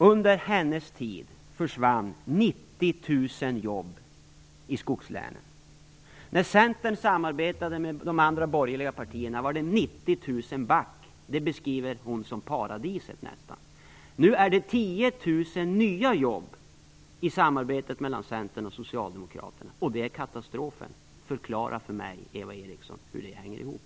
Under hennes tid försvann 90 000 jobb i skogslänen. När Centern samarbetade med de andra borgerliga partierna var det 90 000 back. Det beskriver hon som nästan paradiset. Nu har det tillkommit 10 000 nya jobb i samarbetet mellan Centern och Socialdemokraterna. Det anser hon är en katastrof. Förklara för mig, Eva Eriksson, hur det hänger ihop.